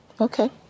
Okay